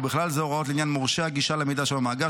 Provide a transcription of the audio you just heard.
ובכלל זה הוראות לעניין מורשי הגישה למידע שבמאגר,